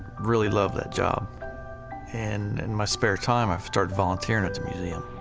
really loved that job, and in my spare time, i started volunteering at the museum.